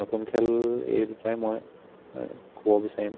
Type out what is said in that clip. নতুন খেল এই দুটাই মই ক'ব বিচাৰিম